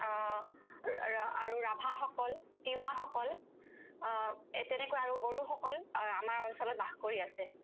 আ আৰু ৰাভাসকল তিৱাসকল এই তেনেকৈ আৰু বড়োসকল আমাৰ অঞ্চলত বাস কৰি আছে